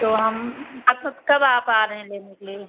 तो हम मतलब कब आप आ रहे हैं लेने के लिए